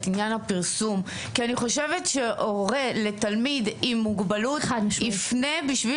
עניין הפרסום כי אני חושבת שהורה לתלמיד עם מוגבלות יפנה בשביל